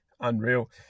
unreal